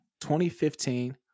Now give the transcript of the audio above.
2015